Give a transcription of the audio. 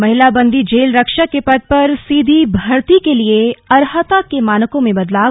महिला बंदी जेल रक्षक के पद पर सीधी भर्ती के लिए अर्हता के मानकों में बदलाव